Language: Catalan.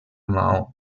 maó